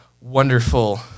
wonderful